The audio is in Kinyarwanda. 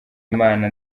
imana